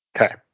Okay